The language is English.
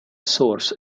source